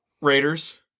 Raiders